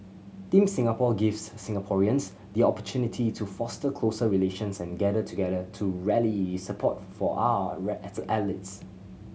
Team Singapore gives Singaporeans the opportunity to foster closer relations and gather together to rally support for our athletes